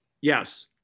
Yes